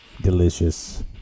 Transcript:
delicious